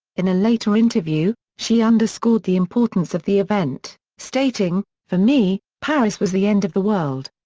in a later interview, she underscored the importance of the event, stating, for me, paris was the end of the world.